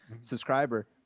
subscriber